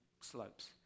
slopes